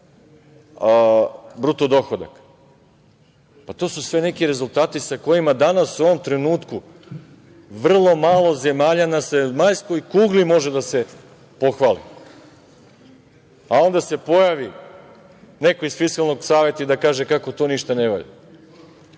BDP. To su sve neki rezultati sa kojima danas u ovom trenutku vrlo malo zemalja na zemaljskoj kugli može da se pohvali, a onda se pojavi neko iz Fiskalnog saveta i da kaže kako to ništa ne valja? Kada